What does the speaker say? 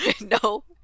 No